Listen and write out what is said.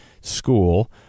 school